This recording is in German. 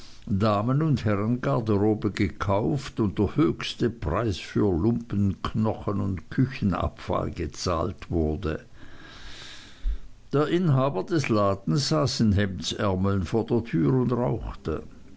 damen und herrengarderobe gekauft und der höchste preis für lumpen knochen und küchenabfall gezahlt wurde der inhaber des ladens saß in hemdärmeln vor der tür und rauchte